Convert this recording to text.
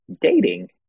dating